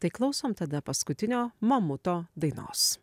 tai klausom tada paskutinio mamuto dainos